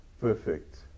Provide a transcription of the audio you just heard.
perfect